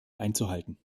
einzuhalten